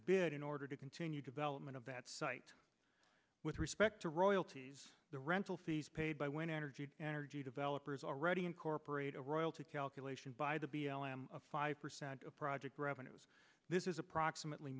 bid in order to continue development of that site with respect to royalties the rental fees paid by wind energy and energy developers already incorporate a royalty calculation by the b l m a five percent of project revenues this is approximately